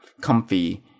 comfy